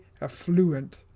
affluent